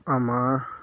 আমাৰ